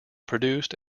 produced